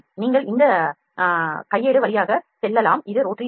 நீங்கள் இந்த கையேடு வழியாக செல்லலாம் இது ரோட்டரி லைன்